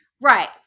right